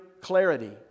clarity